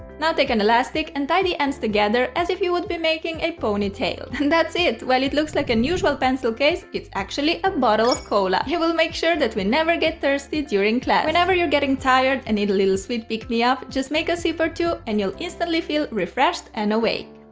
now take an elastic and tie the ends together as if you would be making the pony tail. that's it! while it looks like an usual pencil case, it's actually a bottle of cola. it will make sure that we never get thirsty during class. whenever you're getting tired and need a little sweet pick me up, just make a sip or two and you'll instantly feel refreshed and awake.